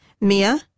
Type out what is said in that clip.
Mia